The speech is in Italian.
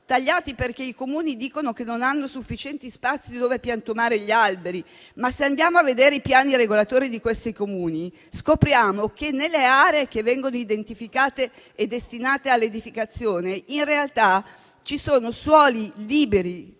tagliati, perché i Comuni dicono che non hanno sufficienti spazi dove piantumare gli alberi. Se andiamo però a vedere i piani regolatori di quei Comuni, scopriamo che nelle aree identificate e destinate all'edificazione in realtà ci sono suoli liberi,